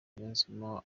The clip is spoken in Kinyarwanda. niyonzima